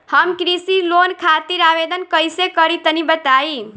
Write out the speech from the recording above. हम कृषि लोन खातिर आवेदन कइसे करि तनि बताई?